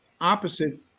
opposite